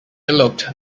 looked